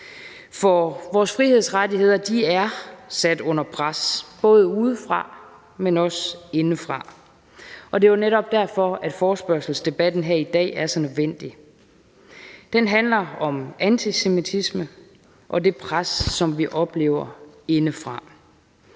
For vores frihedsrettigheder er sat under pres, både udefra, men også indefra, og det er jo netop derfor, at forespørgselsdebatten her i dag er så nødvendig. Den handler om antisemitisme, og det pres, som vi oplever indefra.